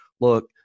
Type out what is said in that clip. Look